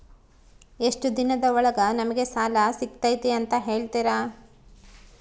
ಎಷ್ಟು ದಿನದ ಒಳಗೆ ನಮಗೆ ಸಾಲ ಸಿಗ್ತೈತೆ ಅಂತ ಹೇಳ್ತೇರಾ?